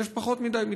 יש פחות מדי מתמחים,